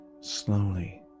Slowly